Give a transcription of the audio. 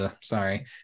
Sorry